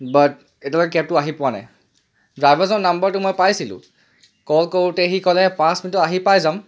বাট এতিয়ালৈকে কেবটো আহি পোৱা নাই ড্ৰাইভাৰজনৰ নাম্বাৰটো মই পাইছিলোঁ কল কৰোঁতে সি ক'লে পাঁচ মিনিটত আহি পাই যাম